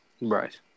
right